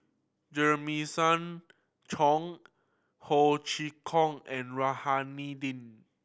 Jeremiah Choy Ho Chee Kong and Rohani Din